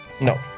No